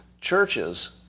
Churches